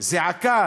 זעקה